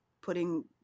putting